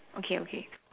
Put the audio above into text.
okay okay